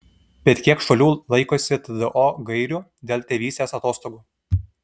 bet kiek šalių laikosi tdo gairių dėl tėvystės atostogų